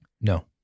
No